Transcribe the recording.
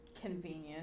Convenient